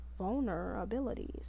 vulnerabilities